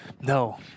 No